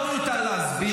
לא מיותר להסביר.